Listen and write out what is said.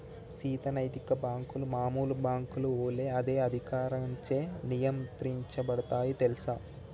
సీత నైతిక బాంకులు మామూలు బాంకుల ఒలే అదే అధికారంచే నియంత్రించబడుతాయి తెల్సా